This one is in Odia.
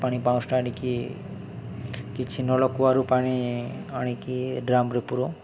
ପାଣି ପାଉଁଶଟା ଆଣିକି କିଛି ନଳକୂଅରୁ ପାଣି ଆଣିକି ଡ୍ରମ୍ରେ ପୁରାଉ